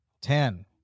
Ten